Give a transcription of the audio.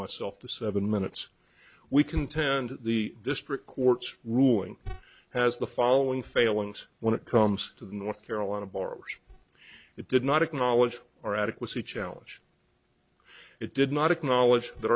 myself the seven minutes we contend the district court's ruling has the following failings when it comes to the north carolina bars it did not acknowledge or adequacy challenge it did not acknowledge that